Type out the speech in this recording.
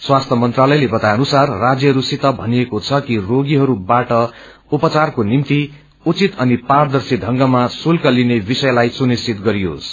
स्वास्थ्य मन्त्रालयले बताए अनुसार राज्यइस्सित भनिएको छ कि रोगीइरूबाट उपचारको निम्ति उचित अनि पारदर्शी ढंगमा श्रुल्फ लिने विषयलाई सुनिश्चित गरियोस्